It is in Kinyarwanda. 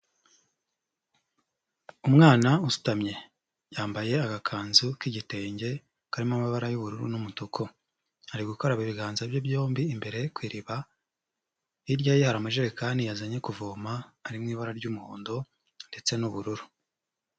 Umwana usutamye, yambaye agakanzu k'igitenge karimo amabara y'ubururu n'umutuku, ari gukora ibiganza bye byombi imbere ku iriba, hirya ye hari amajerekani yazanye kuvoma ari mu ibara ry'umuhondo ndetse n'ubururu.